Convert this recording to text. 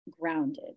grounded